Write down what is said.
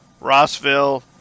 Rossville